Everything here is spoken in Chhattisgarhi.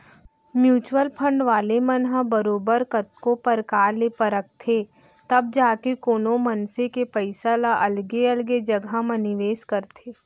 म्युचुअल फंड वाले मन ह बरोबर कतको परकार ले परखथें तब जाके कोनो मनसे के पइसा ल अलगे अलगे जघा म निवेस करथे